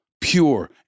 pure